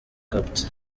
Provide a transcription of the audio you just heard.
capt